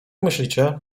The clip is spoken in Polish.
myślicie